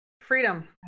Freedom